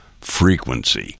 frequency